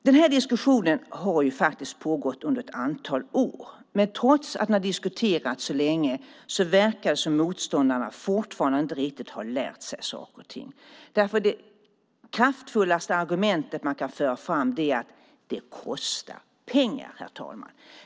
Den här diskussionen har pågått under ett antal år. Men trots att frågan har diskuterats så länge verkar det som att motståndarna fortfarande inte riktigt har lärt sig saker och ting, därför att det kraftfullaste argumentet man kan föra fram är att det kostar pengar, herr talman.